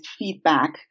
feedback